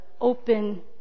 open